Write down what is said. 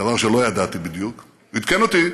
דבר שלא ידעתי בדיוק, הוא עדכן אותי.